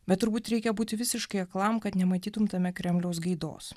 bet turbūt reikia būti visiškai aklam kad nematytum tame kremliaus gaidos